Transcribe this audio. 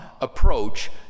approach